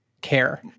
care